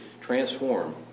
transform